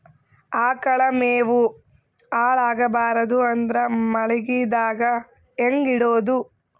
ಆಕಳ ಮೆವೊ ಹಾಳ ಆಗಬಾರದು ಅಂದ್ರ ಮಳಿಗೆದಾಗ ಹೆಂಗ ಇಡೊದೊ?